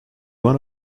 won